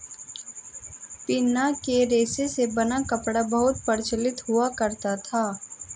पिना के रेशे से बना कपड़ा बहुत प्रचलित हुआ करता था